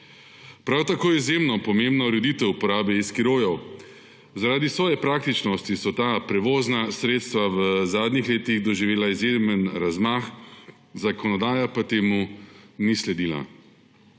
Prav tako je izjemno pomembna ureditev uporabe e-skirojev. Zaradi svoje praktičnosti so ta prevozna sredstva v zadnjih letih doživela izjemen razmah, zakonodaja pa temu ni sledila.